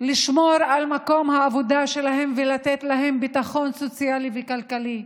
לשמור על מקום העבודה שלהן ולתת להן ביטחון סוציאלי וכלכלי.